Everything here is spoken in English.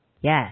Yes